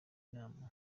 nama